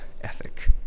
ethic